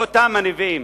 חותם הנביאים.